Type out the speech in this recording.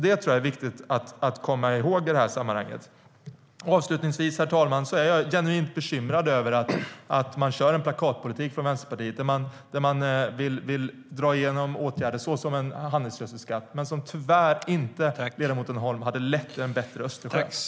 Det är viktigt att komma ihåg i detta sammanhang. Herr talman! Jag är genuint bekymrad över att Vänsterpartiet bedriver en plakatpolitik med åtgärder såsom en handelsgödselskatt, som tyvärr inte skulle leda till en bättre Östersjö, ledamoten Holm.